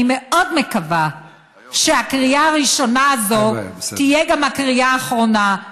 אני מאוד מקווה שהקריאה הראשונה הזאת תהיה גם הקריאה האחרונה,